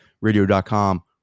Radio.com